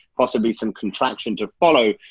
possibly some contraction to follow.